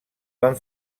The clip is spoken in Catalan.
van